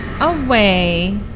away